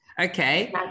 Okay